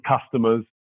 customers